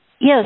Yes